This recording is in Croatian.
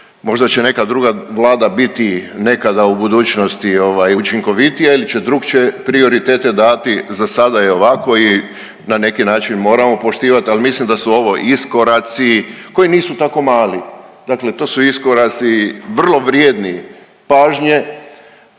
možda će neka druga Vlada biti nekada u budućnosti učinkovitija ili će drukčije prioritete davati. Za sada je ovako i na neki način moramo poštivati, ali mislim da su ovo iskoraci koji nisu tako mali. Dakle, to su iskoraci vrlo vrijedni pažnje,